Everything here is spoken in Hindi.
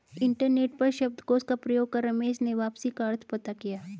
इंटरनेट पर शब्दकोश का प्रयोग कर रमेश ने वापसी का अर्थ पता किया